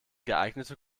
geeignete